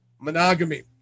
monogamy